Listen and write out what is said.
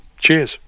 Cheers